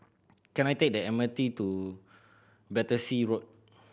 can I take the M R T to Battersea Road